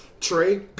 Trey